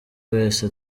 wese